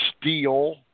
steel